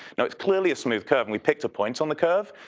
no, it's clearly a smooth curve and we picked a point on the curve.